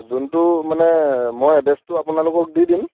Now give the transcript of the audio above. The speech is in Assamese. যোনটো মানে মই এড্ৰেছটো আপোনালোকক দি দিম